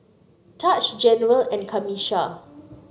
Taj General and Camisha